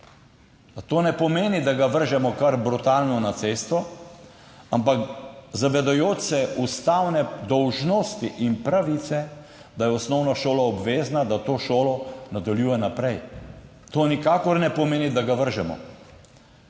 To ne pomeni, da ga vržemo kar brutalno na cesto, ampak zavedajoč se ustavne dolžnosti in pravice, da je osnovna šola obvezna, da to šolo nadaljuje naprej. To nikakor ne pomeni, da ga vržemo.